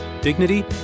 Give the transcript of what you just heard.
dignity